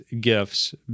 gifts